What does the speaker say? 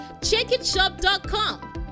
CheckItShop.com